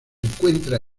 encuentra